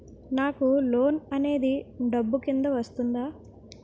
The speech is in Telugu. నాకు లోన్ అనేది డబ్బు కిందా వస్తుందా?